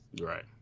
Right